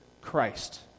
Christ